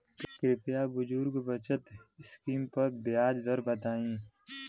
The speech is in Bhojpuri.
कृपया बुजुर्ग बचत स्किम पर ब्याज दर बताई